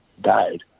died